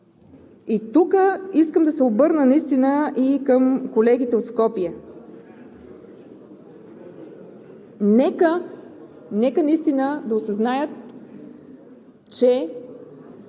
Тук искам да се обърна и към колегите от Скопие. Нека наистина да осъзнаят, че